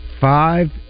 five